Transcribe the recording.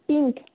pink